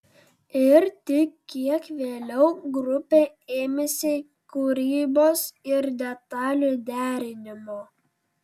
ir tik kiek vėliau grupė ėmėsi kūrybos ir detalių derinimo